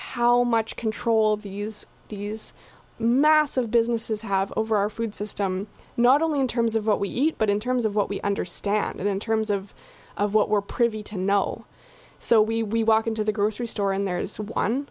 how much control these these massive businesses have over our food system not only in terms of what we eat but in terms of what we understand in terms of what we're privy to know so we walk into the grocery store and there's one